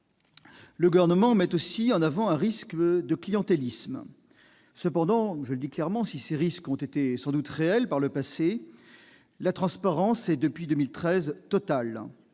Le Gouvernement met aussi en avant un risque de clientélisme. Cependant, si ces risques ont sans doute été réels par le passé, la transparence est, depuis 2013, totale.